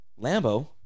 Lambo